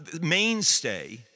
mainstay